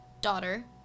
daughter